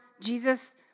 Jesus